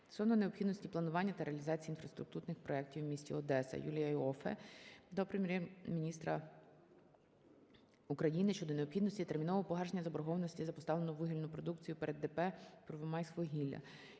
стосовно необхідності планування та реалізації інфраструктурних проектів в місті Одеса. Юлія Іоффе до Прем'єр-міністра України щодо необхідності термінового погашення заборгованості за поставлену вугільну продукцію перед ДП "Первомайськвугілля".